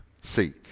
seek